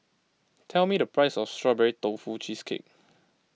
tell me the price of Strawberry Tofu Cheesecake